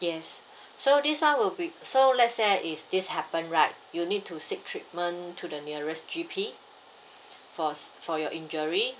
yes so this [one] will be so let say if this happen right you need to seek treatment to the nearest G_P for for your injury